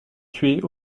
tuer